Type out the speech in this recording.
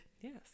Yes